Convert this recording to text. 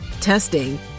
testing